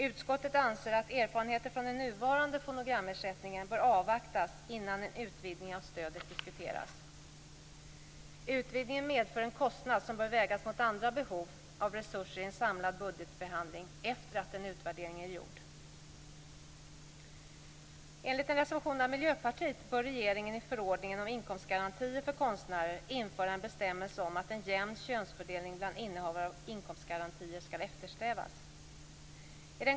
Utskottet anser att erfarenheter från den nuvarande fonogramersättningen bör avvaktas innan en utvidgning av stödet diskuteras. Utvidgningen medför en kostnad som bör vägas mot andra behov av resurser i en samlad budgetbehandling efter det att en utvärdering är gjord. Enligt en reservation av Miljöpartiet bör regeringen i förordningen om inkomstgarantier för konstnärer införa en bestämmelse om att en jämn könsfördelning bland innehavarna av inkomstgarantier skall eftersträvas.